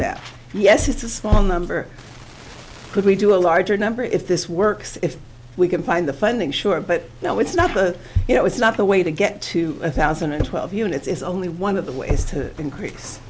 ut yes it's a small number could we do a larger number if this works if we can find the funding sure but now it's not the you know it's not the way to get two thousand and twelve units it's only one of the ways to increase